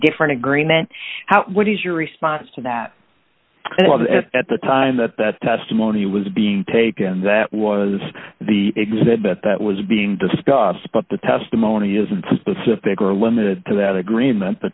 different agreement how what is your response to that at the time that that testimony was being taken that was the exhibit that was being discussed but the testimony isn't specific or limited to that agreement